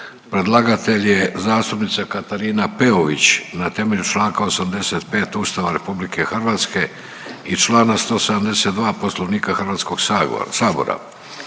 Predlagatelj je zastupnica Katarina Peović na temelju čl. 85. Ustava RH i čl. 172. Poslovnika HS-a.